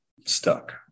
stuck